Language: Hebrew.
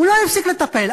הוא לא הפסיק לטפל.